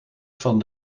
van